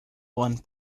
one